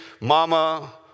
Mama